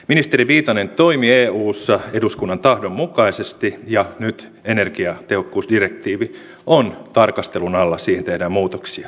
ministeri viitanen toimi eussa eduskunnan tahdon mukaisesti ja nyt energiatehokkuusdirektiivi on tarkastelun alla siihen tehdään muutoksia